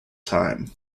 time